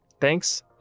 Thanks